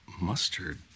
mustard